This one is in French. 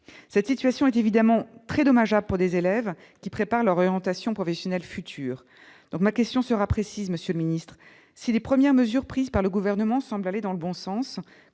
cette situation est évidemment très dommageable pour des élèves qui préparent l'orientation professionnelle future, donc ma question sera précise, Monsieur le Ministre, si les premières mesures prises par le gouvernement semble aller dans le bon sens